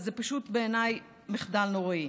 ובעיניי זה פשוט מחדל נוראי.